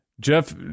Jeff